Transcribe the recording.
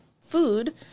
food